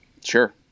Sure